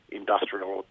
industrial